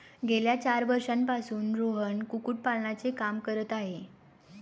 गेल्या चार वर्षांपासून रोहन कुक्कुटपालनाचे काम करत आहे